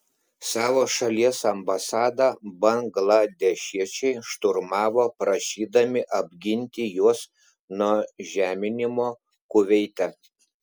savo šalies ambasadą bangladešiečiai šturmavo prašydami apginti juos nuo žeminimo kuveite